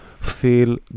feel